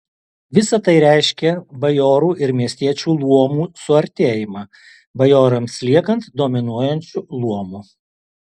visa tai reiškė bajorų ir miestiečių luomų suartėjimą bajorams liekant dominuojančiu luomu